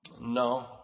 No